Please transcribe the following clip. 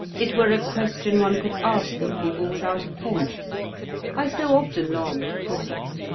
it were a question one could ask of people without offence i so often long to put it.